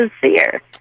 sincere